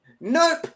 Nope